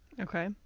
Okay